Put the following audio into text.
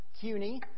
Cuny